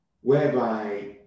whereby